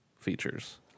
features